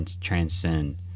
transcend